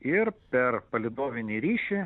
ir per palydovinį ryšį